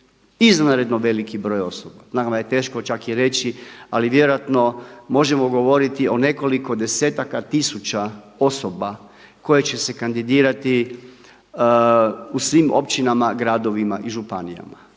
izvanredno veliki broj osoba. Nama je teško čak i reći, ali vjerojatno možemo govoriti o nekoliko desetaka tisuća osoba koje će se kandidirati u svim općinama, gradovima i županijama.